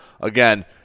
again